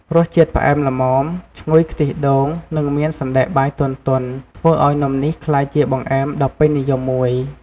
រសជាតិផ្អែមល្មម ឈ្ងុយខ្ទិះដូង និងមានសណ្ដែកបាយទន់ៗ ធ្វើឲ្យនំនេះក្លាយជាបង្អែមដ៏ពេញនិយមមួយ។